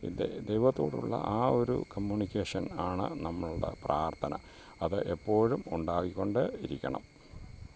ഇത് ദൈവത്തോടുള്ള ആ ഒരു കമ്മ്യൂണിക്കേഷൻ ആണ് നമ്മളുടെ പ്രാർത്ഥന അത് എപ്പോഴും ഉണ്ടായിക്കൊണ്ട് ഇരിക്കണം